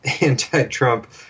anti-Trump